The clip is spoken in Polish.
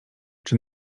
czy